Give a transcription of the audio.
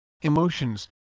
emotions